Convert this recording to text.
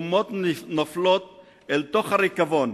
אומות נופלות אל תוך הריקבון